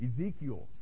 ezekiel